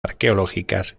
arqueológicas